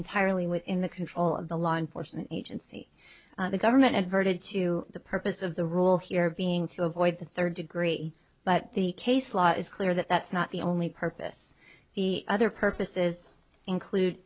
entirely within the control of the law enforcement agency the government adverted to the purpose of the rule here being to avoid the third degree but the case law is clear that that's not the only purpose the other purposes include